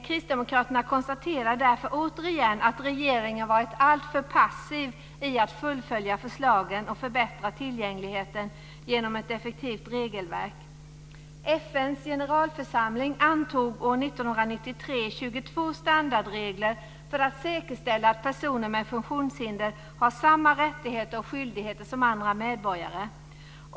Kristdemokraterna konstaterar därför återigen att regeringen varit alltför passiv i att fullfölja förslagen och förbättra tillgängligheten genom ett effektivt regelverk. 1993 antog FN:s generalförsamling 22 standardregler för att säkerställa att personer med funktionshinder har samma rättigheter och skyldigheter som andra medborgare.